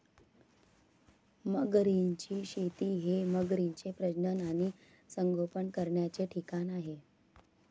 मगरींची शेती हे मगरींचे प्रजनन आणि संगोपन करण्याचे ठिकाण आहे